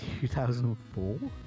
2004